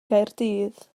gaerdydd